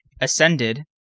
ascended